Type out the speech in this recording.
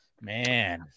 Man